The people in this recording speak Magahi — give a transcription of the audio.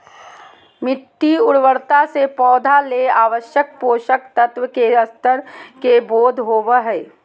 मिटटी उर्वरता से पौधा ले आवश्यक पोषक तत्व के स्तर के बोध होबो हइ